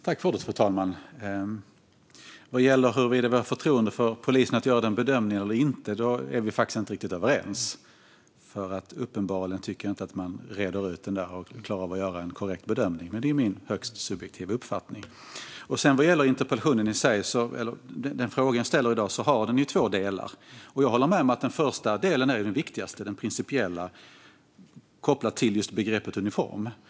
Fru talman! Vad gäller huruvida vi har förtroende eller inte för att polisen kan göra den bedömningen är vi inte riktigt överens. Jag tycker uppenbarligen inte att man klarar av att göra en korrekt bedömning. Men det är min högst subjektiva uppfattning. När det sedan gäller den fråga jag ställer i interpellationen har den två delar. Jag håller med om att den första delen, den principiella frågan kopplat till begreppet uniform, är viktigast.